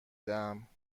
دهم